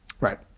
Right